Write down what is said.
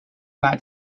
about